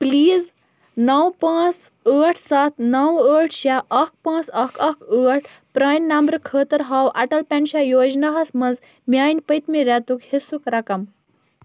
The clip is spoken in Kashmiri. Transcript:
پٕلیٖز نَو پانٛژھ ٲٹھ سَتھ نَو ٲٹھ شےٚ اَکھ پانٛژھ اَکھ اَکھ ٲٹھ پرٛانہِ نمبرٕ خٲطٕر ہاو اَٹل پٮ۪نشَہ یوجناہَس منٛز میٛانہِ پٔتۍمہِ رٮ۪تٕک حِصُک رَقَم